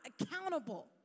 accountable